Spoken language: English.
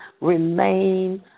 remain